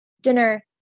dinner